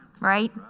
Right